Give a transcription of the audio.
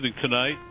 tonight